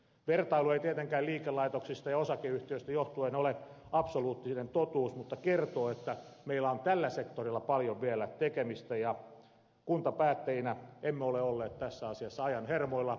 vertailu ei tietenkään liikelaitoksista ja osakeyhtiöistä johtuen ole absoluuttinen totuus mutta kertoo että meillä on tällä sektorilla paljon vielä tekemistä ja kuntapäättäjinä emme ole olleet tässä asiassa ajan hermolla